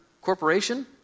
corporation